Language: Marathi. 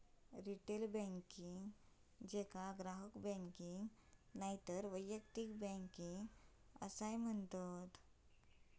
रिटेल बँकिंग, जेका ग्राहक बँकिंग नायतर वैयक्तिक बँकिंग असाय म्हणतत